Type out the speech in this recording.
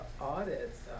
audits